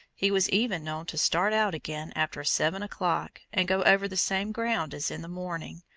he was even known to start out again after seven o'clock and go over the same ground as in the morning,